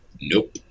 nope